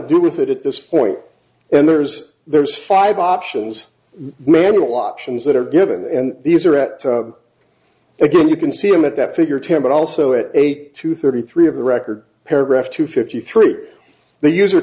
do with it at this point and there's there's five options manual options that are given and these are at again you can see them at that figure ten but also an eight to thirty three of the record paragraph two fifty three the use